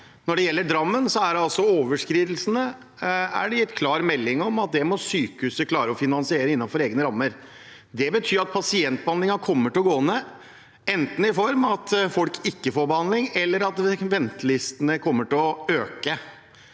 når det gjelder overskridelsene i Drammen, er det gitt klar melding om at det må sykehuset klare å finansiere innenfor egne rammer. Det betyr at pasientbehandlingen kommer til å gå ned, enten i form av at folk ikke får behandling, eller at ventelistene kommer til å øke.